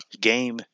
Game